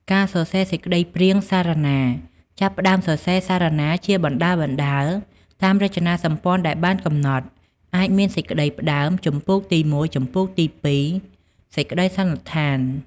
ការសរសេរសេចក្តីព្រាងសារណា ចាប់ផ្តើមសរសេរសារណាជាបណ្តើរៗ តាមរចនាសម្ព័ន្ធដែលបានកំណត់ អាចមាន សេចក្តីផ្តើម ជំពូកទី១ ជំពូកទី២... សេចក្តីសន្និដ្ឋាន។